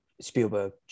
Spielberg